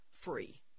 free